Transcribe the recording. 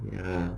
ya